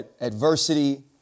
adversity